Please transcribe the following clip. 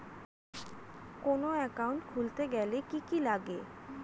কোন একাউন্ট খুলতে গেলে কি কি লাগে?